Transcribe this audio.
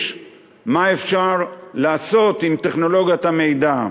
מה אפשר לעשות עם טכנולוגיות המידע.